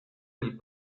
del